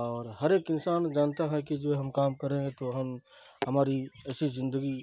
اور ہر ایک انسان جانتا ہے کہ جو ہم کام کریں گے تو ہم ہماری ایسی زندگی